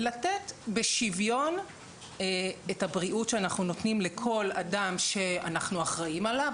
לתת בשיוויון את הבריאות שאנחנו נותנים לכל אדם שאנחנו אחראיים עליו,